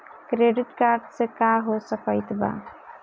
Credit card से का हो सकइत बा?